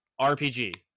RPG